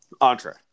entree